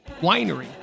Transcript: Winery